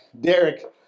Derek